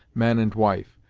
man and wife,